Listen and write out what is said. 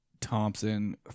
thompson